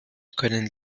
können